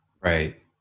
Right